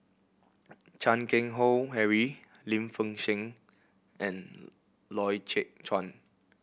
Chan Keng Howe Harry Lim Fei Shen and Loy Chye Chuan